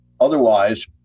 Otherwise